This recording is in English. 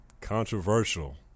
controversial